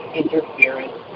interference